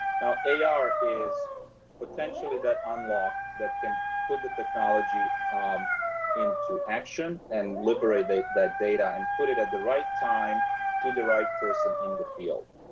now ar is potentially that unlock that can put the technology um into action and liberate that data and put it at the right time to the right person in the field.